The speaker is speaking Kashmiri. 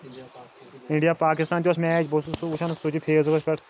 اِنڈیا پاکِستان تہِ اوس میچ بہٕ اوسُس سُہ وٕچھان سُہ تہِ فیس بُکَس پٮ۪ٹھ